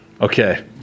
Okay